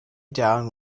down